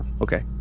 okay